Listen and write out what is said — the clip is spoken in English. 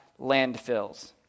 landfills